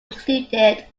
included